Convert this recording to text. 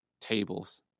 tables